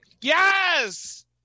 yes